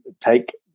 take